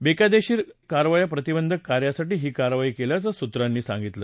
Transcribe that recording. बेकायदेशीर कारवाया प्रतिबंधक कार्यासाठी ही कारवाई केल्याचं सुत्रांनी सांगितलं